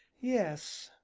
yes,